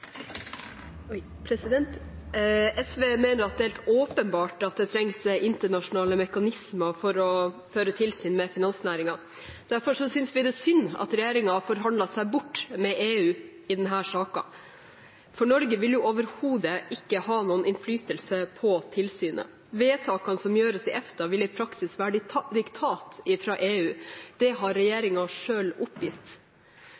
helt åpenbart at det trengs internasjonale mekanismer for å føre tilsyn med finansnæringen. Derfor synes vi det er synd at regjeringen forhandlet seg bort med EU i denne saken. For Norge vil overhodet ikke ha noen innflytelse på tilsynet. Vedtakene som gjøres i EFTA, vil i praksis være diktat fra EU. Det har